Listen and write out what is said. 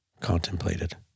contemplated